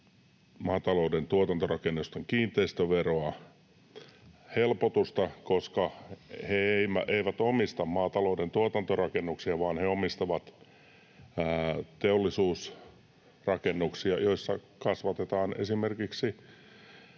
maatalouden tuotantorakennusten kiinteistöverohelpotusta, koska he eivät omista maatalouden tuotantorakennuksia vaan he omistavat teollisuusrakennuksia, joissa kasvatetaan esimerkiksi